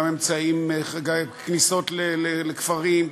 גם כניסות לכפרים,